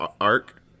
arc